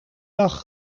dag